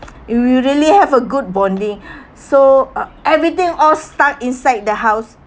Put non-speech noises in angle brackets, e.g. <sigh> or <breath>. you will really have a good bonding <breath> so uh everything all stuck inside the house